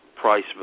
price